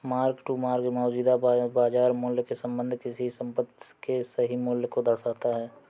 mark to market मौजूदा बाजार मूल्य के संबंध में किसी संपत्ति के सही मूल्य को दर्शाता है